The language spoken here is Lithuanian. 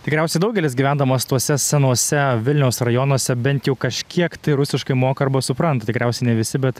tikriausiai daugelis gyvendamas tuose senuose vilniaus rajonuose bent jau kažkiek tai rusiškai moka arba supranta tikriausiai ne visi bet